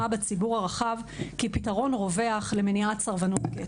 בציבור הרחב כפתרון רווח למניעת סרבנות גט.